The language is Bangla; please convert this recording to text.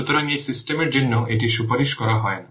সুতরাং এই সিস্টেমের জন্য এটি সুপারিশ করা হয় না